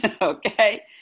Okay